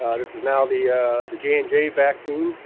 um this is now the the j and j vaccine,